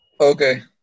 Okay